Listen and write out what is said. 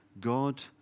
God